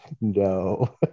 no